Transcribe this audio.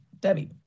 Debbie